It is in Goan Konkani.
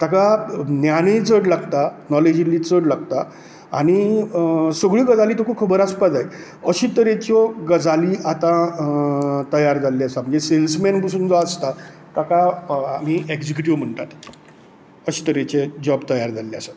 ताका ज्ञानूय इल्लें चड लागता नाॅलेज इल्ली चड लागता आनी सगळ्यो गजाली तुका खबर आसपा जाय अशे तरेच्यो गजाली आतां तयार जाल्ल्यो आसा म्हणजे सेल्स मॅन जो पसून आसता ताका आमी एक्जीक्यूट्यूव म्हणटात अशे तरेचे जाॅब तयार जाल्ले आसात